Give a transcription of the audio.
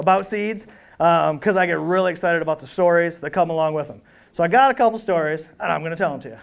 about seeds because i get really excited about the stories that come along with them so i've got a couple stories and i'm going to tell them to